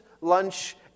lunch